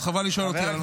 אז חבל לשאול אותי בנושא.